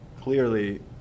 clearly